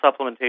supplementation